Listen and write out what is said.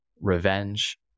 revenge